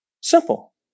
Simple